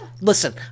listen